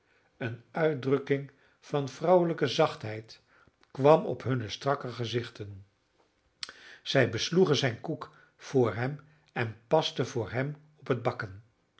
trillen eene uitdrukking van vrouwelijke zachtheid kwam op hunne strakke gezichten zij besloegen zijn koek voor hem en pasten voor hem op het bakken